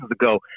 ago